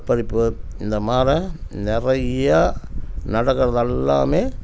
ஆள் பறிப்பு இந்தமாரி நிறையா நடக்கிறதெல்லாமே